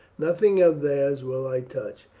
nothing of theirs will i touch,